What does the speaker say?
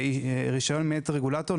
ורישיון מאת רגולטור,